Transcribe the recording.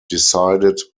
decided